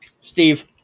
Steve